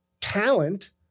talent